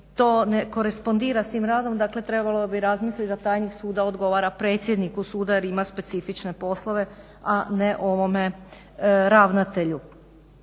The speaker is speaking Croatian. to ne korespondira s tim radom. Dakle, trebalo bi razmisliti da tajnik suda odgovara predsjedniku suda jer ima specifične poslove, a ne ovome ravnatelju.